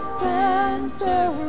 center